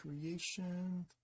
creation